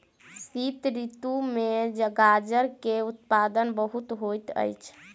शीत ऋतू में गाजर के उत्पादन बहुत होइत अछि